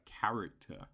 character